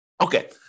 Okay